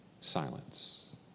silence